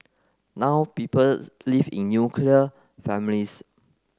now people live in nuclear families